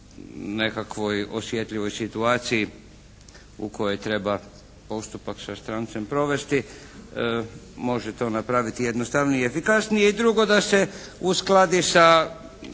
nekakvoj osjetljivoj situaciji u kojoj treba postupak sa strancem provesti, može to napraviti jednostavnije i efikasnije i drugo da se uskladi sa